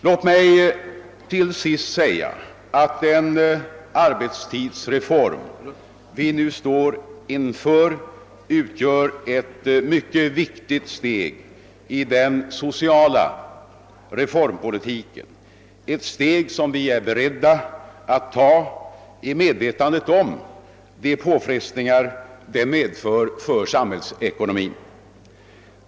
Låt mig till sist säga att den arbetstidsreform som vi nu står inför utgör ett mycket viktigt steg i den sociala reformpolitiken — ett steg som vi är beredda att ta i medvetandet om de påfrestningar som det medför för samhällsekonomin.